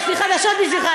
יש לי חדשות בשבילך,